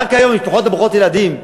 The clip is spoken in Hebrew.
היום המשפחות ברוכות הילדים,